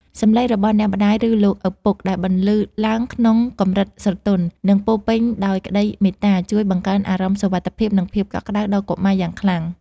សំឡេងរបស់អ្នកម្ដាយ ឬលោកឪពុកដែលបន្លឺឡើងក្នុងកម្រិតស្រទន់ និងពោរពេញដោយក្តីមេត្តា ជួយបង្កើនអារម្មណ៍សុវត្ថិភាព និងភាពកក់ក្តៅដល់កុមារយ៉ាងខ្លាំង។